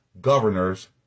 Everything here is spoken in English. governors